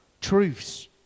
truths